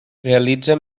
realitza